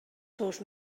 seus